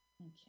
okay